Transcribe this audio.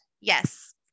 Yes